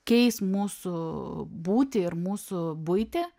keis mūsų būtį ir mūsų buitį